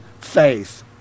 faith